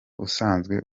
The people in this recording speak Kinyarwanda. usanzwe